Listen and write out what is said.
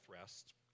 rest